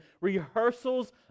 rehearsals